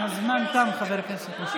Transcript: הזמן תם, חבר הכנסת משה גפני.